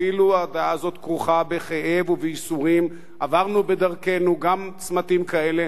אפילו הדעה הזאת כרוכה בכאב ובייסורים עברנו בדרכנו גם צמתים כאלה,